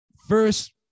First